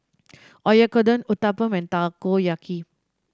Oyakodon Uthapam and Takoyaki